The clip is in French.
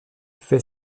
fait